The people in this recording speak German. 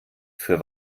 für